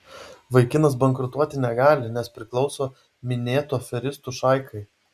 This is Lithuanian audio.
vaikinas bankrutuoti negali nes priklauso minėtų aferistų šaikai